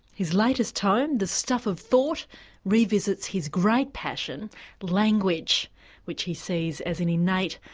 his latest tome the stuff of thought revisits his great passion language which he sees as an innate,